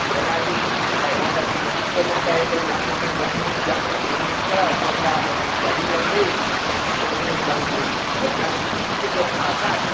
जेनाकि पहिलेके संस्कृतोमे कहैत अछि जननी जन्मभूमिश्च स्वर्गादपि गरीयसी जननी जन्मभूमि मने जन्मभूमिके जे भाषा छै